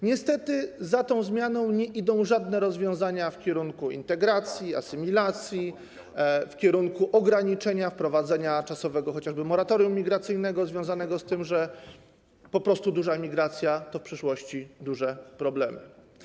Niestety za tą zmianą nie idą żadne rozwiązania w kierunku integracji, asymilacji, w kierunku ograniczenia wprowadzenia czasowego chociażby moratorium imigracyjnego związanego z tym, że po prostu duża emigracja to w przyszłości duże problemy.